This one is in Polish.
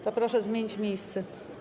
To proszę zmienić miejsce.